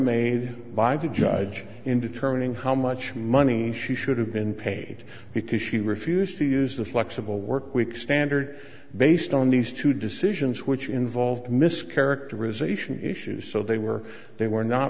made by the judge in determining how much money she should have been paid because she refused to use the flexible work week standard based on these two decisions which involved mischaracterization issues so they were they were not